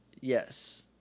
Yes